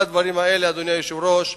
אדוני היושב-ראש,